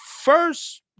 first